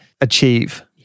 achieve